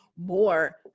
more